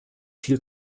viel